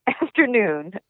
afternoon